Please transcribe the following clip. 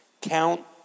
Count